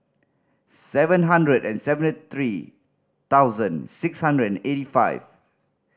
seven hundred and seventy three thousand six hundred and eighty five